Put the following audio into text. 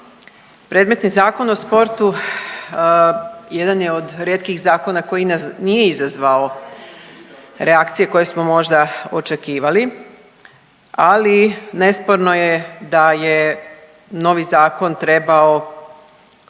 Predmetni Zakon o sportu jedan je od rijetkih zakona koji nije izazvao reakcije koje smo možda očekivali, ali nesporno je da je novi zakon trebao,